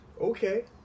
Okay